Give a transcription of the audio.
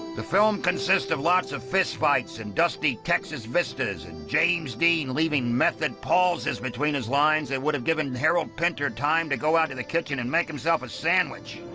the film consists of lots of fistfights and dusty texas vistas and james dean leaving method pauses between his lines that would have given and harold pinter time to go out to the kitchen and make himself a sandwich.